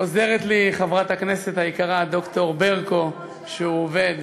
עוזרת לי חברת הכנסת היקרה ד"ר ברקו, שהוא עובד.